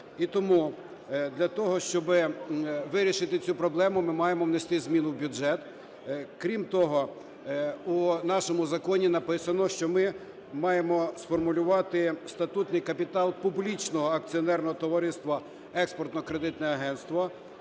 того, щоби вирішити цю проблему, ми маємо внести зміну в бюджет. Крім того, у нашому законі написано, що ми маємо сформулювати статутний капітал публічного акціонерного товариства "Експортно-кредитне агентство",